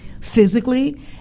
physically